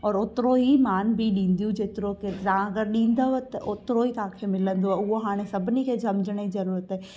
और ओतिरो ई मान बि ॾींदियूं जेतिरो की तव्हां अगरि ॾींदव त ओतिरो ई तव्हांखे मिलंदो आहे उहा हाणे सभिनी खे समुझण जी ज़रूरत आहे